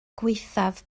gwaethaf